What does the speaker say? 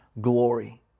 glory